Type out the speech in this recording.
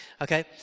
Okay